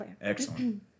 excellent